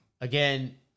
again